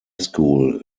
school